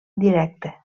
directe